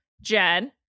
Jen